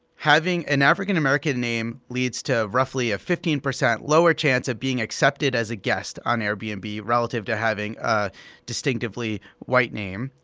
having an african-american name leads to roughly a fifteen percent lower chance of being accepted as a guest on airbnb and relative to having a distinctively white name,